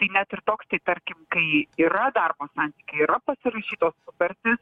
tai net ir toks tai tarkim kai yra darbo santykiai yra pasirašytos sutartys